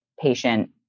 patient